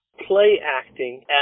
play-acting